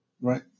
right